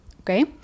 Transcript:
Okay